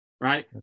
right